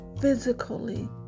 physically